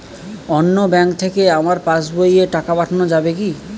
অন্য ব্যাঙ্ক থেকে আমার পাশবইয়ে টাকা পাঠানো যাবে কি?